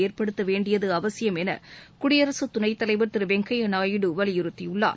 ஏற்படுத்த வேண்டியது அவசியம் என குடியரசுத் துணைத் தலைவர் திரு வெங்கய்யா நாயுடு வலியுறுத்தியுள்ளார்